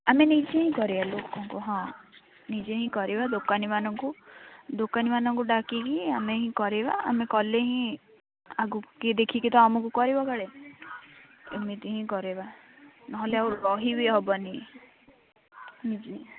ଆମେ ନିଜେ ହିଁ କରିବା ଲୋକଙ୍କୁ ହଁ ନିଜେ ହିଁ କରିବା ଦୋକାନୀମାନଙ୍କୁ ଦୋକାନୀମାନଙ୍କୁ ଡାକିକି ଆମେ ହିଁ କରାଇବା ଆମେ କଲେ ହିଁ ଆଗକୁ କିଏ ଦେଖିକି ତ ଆମକୁ କରିବା କାଳେ ଏମିତି ହିଁ କରାଇବା ନହେଲେ ଆଉ ରହିବି ହେବନି